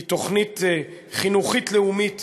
היא תוכנית חינוכית לאומית